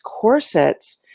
corsets